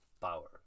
power